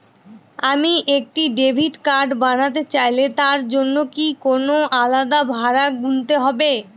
আমি একটি credit card বানাতে চাইলে তার জন্য কি কোনো আলাদা ভাড়া গুনতে হবে?